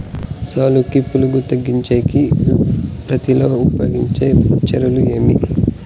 సాలుకి పులుగు తగ్గించేకి పత్తి లో ఉపయోగించే చర్యలు ఏమి?